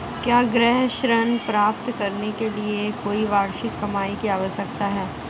क्या गृह ऋण प्राप्त करने के लिए कोई वार्षिक कमाई की आवश्यकता है?